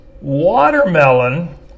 watermelon